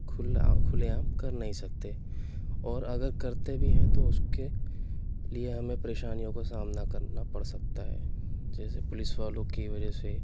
کُھلا کُھلے عام کر نہیں سکتے اور اگر کرتے بھی ہیں تو اُس کے لیے ہمیں پریشانیوں کا سامنا کرنا پڑ سکتا ہے جیسے پولیس والوں کی وجہ سے